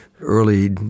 early